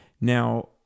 Now